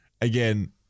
Again